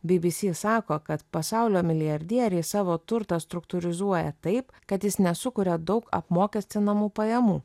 bbc sako kad pasaulio milijardieriai savo turtą struktūrizuoja taip kad jis nesukuria daug apmokestinamų pajamų